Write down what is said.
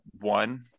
one